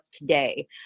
today